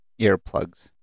earplugs